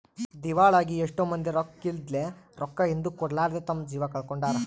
ದಿವಾಳಾಗಿ ಎಷ್ಟೊ ಮಂದಿ ರೊಕ್ಕಿದ್ಲೆ, ರೊಕ್ಕ ಹಿಂದುಕ ಕೊಡರ್ಲಾದೆ ತಮ್ಮ ಜೀವ ಕಳಕೊಂಡಾರ